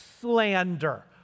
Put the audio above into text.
slander